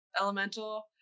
elemental